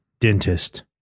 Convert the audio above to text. dentist